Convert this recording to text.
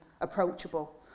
approachable